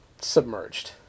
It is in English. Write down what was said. submerged